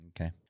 Okay